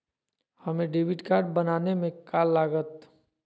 हमें debit card बनाने में का लागत?